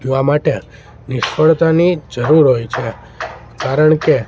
જોવા માટે નિષ્ફળતાની જરૂર હોય છે કારણ કે